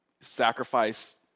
sacrifice